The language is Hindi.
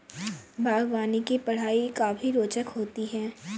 बागवानी की पढ़ाई काफी रोचक होती है